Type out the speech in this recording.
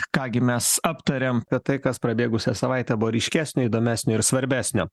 ką gi mes aptarėm apie tai kas prabėgusią savaitę buvo ryškesnio įdomesnio ir svarbesnio